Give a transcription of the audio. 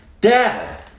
Dad